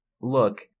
look